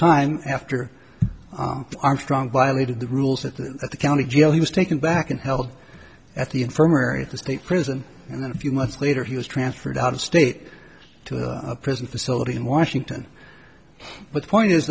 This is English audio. time after armstrong violated the rules at the at the county jail he was taken back and held at the infirmary of the state prison and then a few months later he was transferred out of state to a prison facility in washington but the point is